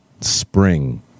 spring